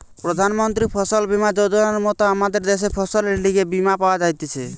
প্রধান মন্ত্রী ফসল বীমা যোজনার মত আমদের দ্যাশে ফসলের লিগে বীমা পাওয়া যাইতেছে